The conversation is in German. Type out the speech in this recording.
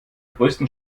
größten